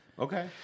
Okay